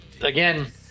Again